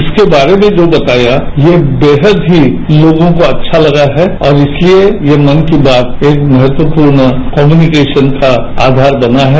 इसके बारे में जो बताया यह बेहद ही लोगों को अच्छा लगा है और इसलिए ये मन की बात एक बहुत महत्वपूर्ण कम्युनिकेशन का आधार बना है